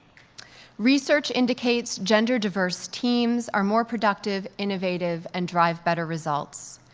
research indicates gender-diverse teams are more productive, innovative, and drive better results.